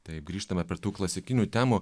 taip grįžtame prie tų klasikinių temų